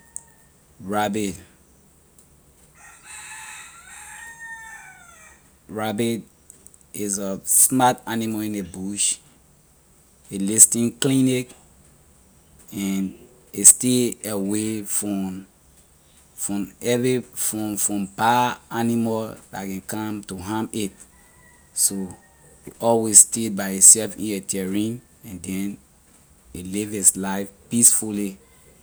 Rabbit, rabbit is a smart animal in the bush it listen cleanly and a stay away from any from from bad animak la can come to harm it so it always stay by itself in a terrian and then a live it's life peacefully.